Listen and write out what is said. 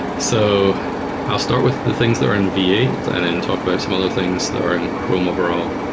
so i'll start with the things that are in v eight and then talk about some other things that are in chrome overall.